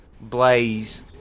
Blaze